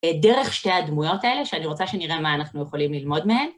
דרך שתי הדמויות האלה, שאני רוצה שנראה מה אנחנו יכולים ללמוד מהן.